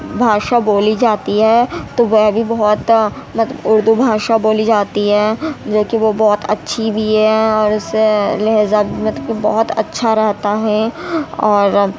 بھاشا بولی جاتی ہے تو وہ بھی بہت مطلب اردو بھاشا بولی جاتی ہے جوکہ وہ بہت اچھی بھی ہے اور اس سے لہجہ مطلب بہت اچھا رہتا ہے اور